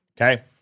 Okay